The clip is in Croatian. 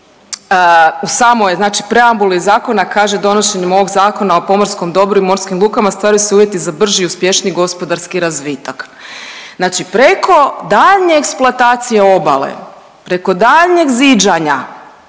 znači u preambuli zakona kaže, donošenjem ovog Zakona o pomorskom dobru i morskim lukama stvaraju se uvjeti za brži i uspješniji gospodarski razvitak. Znači preko daljnje eksploatacije obale, preko daljnjeg ziđanja,